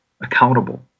accountable